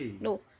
No